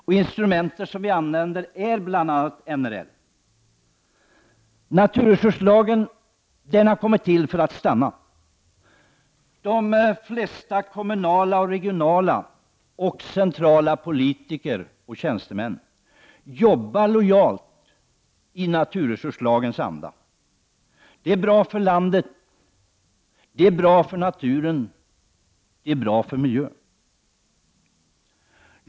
Ett instrumentet är NRL. Naturresurslagen har kommit för att stanna. De flesta kommunala, regionala och centrala politiker och tjänstemän jobbar lojalt i naturresurslagens anda. Det är bra för landet, för naturen och för miljön.